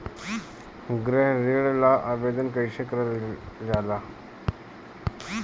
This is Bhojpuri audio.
गृह ऋण ला आवेदन कईसे करल जाला?